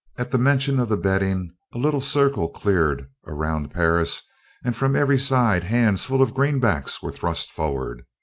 at the mention of the betting a little circle cleared around perris and from every side hands full of greenbacks were thrust forward.